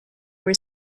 were